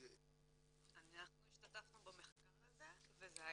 אנחנו השתתפנו במחקר הזה וזה היה